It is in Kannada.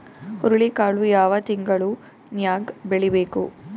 ಹುರುಳಿಕಾಳು ಯಾವ ತಿಂಗಳು ನ್ಯಾಗ್ ಬೆಳಿಬೇಕು?